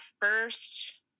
first